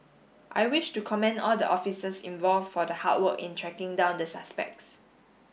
I wish to commend all the officers involve for the hard work in tracking down the suspects